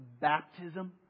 baptism